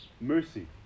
mercy